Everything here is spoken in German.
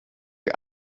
wie